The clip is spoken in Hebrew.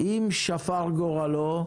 אם שפר גורלו,